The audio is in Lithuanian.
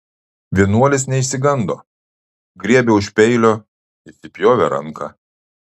vienuolis neišsigando griebė už peilio įsipjovė ranką